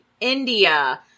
india